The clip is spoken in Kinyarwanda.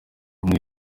umwe